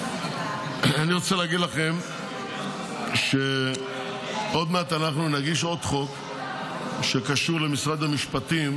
אני רוצה להגיד לכם שעוד מעט נגיש עוד חוק שקשור למשרד המשפטים,